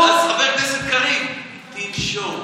אז חבר הכנסת קריב, תנשום.